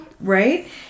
Right